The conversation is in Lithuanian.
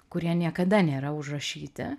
kurie niekada nėra užrašyti